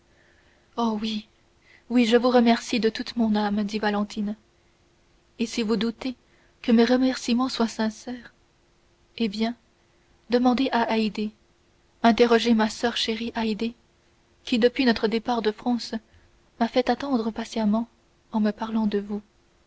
oh oui oui je vous remercie de toute mon âme dit valentine et si vous doutez que mes remerciements soient sincères eh bien demandez à haydée interrogez ma soeur chérie haydée qui depuis notre départ de france m'a fait attendre patiemment en me parlant de vous